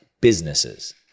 businesses